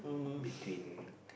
between